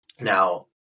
Now